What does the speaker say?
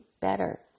better